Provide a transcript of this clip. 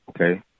Okay